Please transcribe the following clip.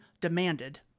demanded